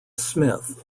smith